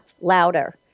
louder